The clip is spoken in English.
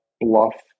bluff